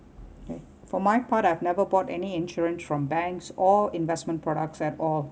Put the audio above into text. okay for my part I've never bought any insurance from banks or investment products at all